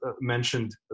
mentioned